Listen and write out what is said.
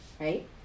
right